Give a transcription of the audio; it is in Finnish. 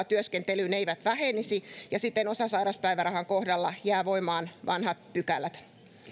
työskentelyyn eivät vähenisi ja siten osasairaspäivärahan kohdalla jäävät voimaan vanhat pykälät